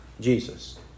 Jesus